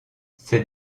ces